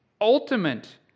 ultimate